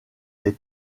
les